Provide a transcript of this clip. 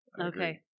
Okay